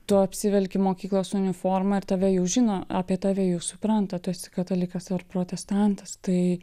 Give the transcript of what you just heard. tu apsivelki mokyklos uniformą ir tave jau žino apie tave jau supranta tu esi katalikas ar protestantas tai